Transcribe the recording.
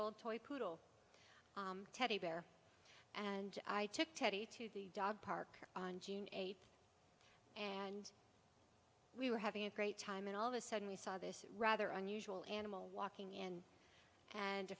old toy poodle teddy bear and i took teddy to the dog park on june eighth and we were having a great time and all of a sudden we saw this rather unusual animal walking in and a